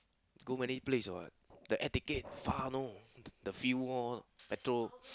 go many place what the air ticket far you know the fuel all petrol